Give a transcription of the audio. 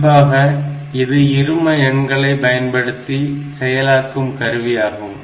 குறிப்பாக இது இரும எண்களை பயன்படுத்தி செயலாக்கும் கருவியாகும்